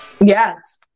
Yes